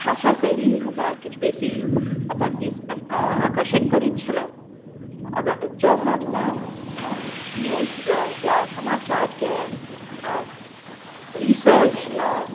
भाषा शैली हमरा किछु बेसी अपन दिस आकर्षित करैत छलए जॅं हम न्यूज या समाचार के रिसर्च या